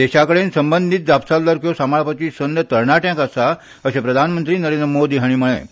देशा कडेन संबंदीत जापसालदारक्यो सांबाळपाची संद तरणाट्यांक आसा अशें प्रधानमंत्री नरेंद्र मोदी हांणी म्हळें